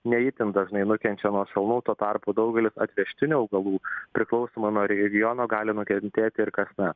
ne itin dažnai nukenčia nuo šalnų tuo tarpu daugelis atvežtinių augalų priklausomai nuo regiono gali nukentėti ir kasmet